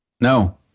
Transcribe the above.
No